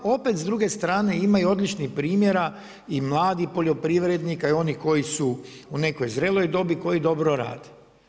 Opet s druge strane ima i odličnih primjera i mladih poljoprivrednika i onih koji su u nekoj zreloj dobi koji dobro rade.